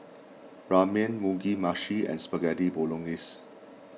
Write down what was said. Ramen Mugi Meshi and Spaghetti Bolognese